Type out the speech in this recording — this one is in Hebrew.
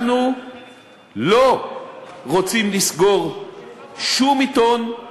אנחנו לא רוצים לסגור שום עיתון,